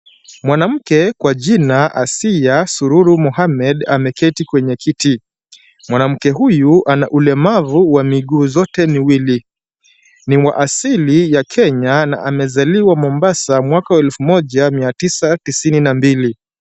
Mwanamke kwa jina Asiya Sururu Mohammed ameketi kwenye kiti. Mwanamke huyu ana ulemavu wa miguu zote miwili. Ni wa asili ya Kenya na amezaliwa Mombasa mwaka wa elfu moja mia tisa tisini na mbili.